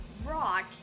rock